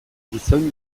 gizon